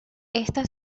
esta